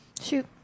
Shoot